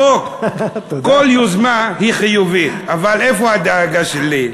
החוק, כל יוזמה היא חיובית, אבל איפה הדאגה שלי?